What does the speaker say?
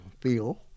feel